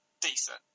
decent